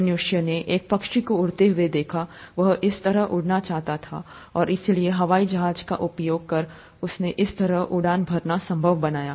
मनुष्य ने एक पक्षी को उड़ते हुए देखा वह इस तरह उड़ना चाहता था और इसलिए हवाई जहाज का उपयोग कर उस तरह से उड़ान भरना संभव बनाया